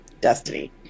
destiny